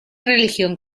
religión